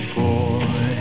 boy